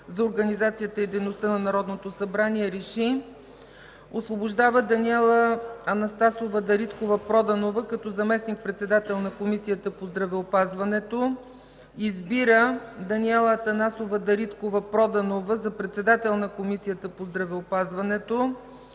за организацията и дейността на Народното събрание РЕШИ: 1. Освобождава Даниела Анастасова Дариткова-Проданова като заместник-председател на Комисията по здравеопазването. 2. Избира Даниела Анастасова Дариткова-Проданова за председател на Комисията по здравеопазването.